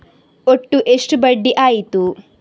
ಒಟ್ಟು ಎಷ್ಟು ಬಡ್ಡಿ ಆಯಿತು?